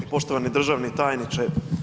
Poštovani državni tajniče.